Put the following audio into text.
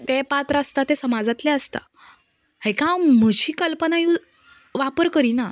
तें पात्र आसता तें समाजातलें आसता हाका हांव म्हजी कल्पना यू वापर करिना